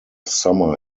summer